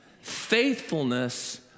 faithfulness